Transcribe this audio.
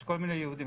יש כל מיני יעודים,